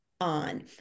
On